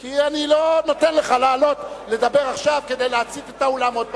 כי אני לא נותן לך לעלות לדבר עכשיו כדי להצית את האולם עוד פעם.